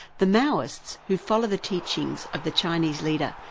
the maoists, who follow the teachings of the chinese leader,